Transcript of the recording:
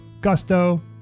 Gusto